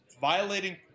violating